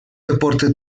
deporte